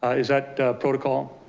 is that a protocol